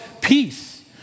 peace